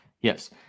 Yes